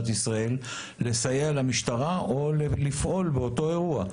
ישראל לסייע למשטרה או לפעול באותו אירוע?